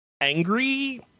angry